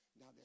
Now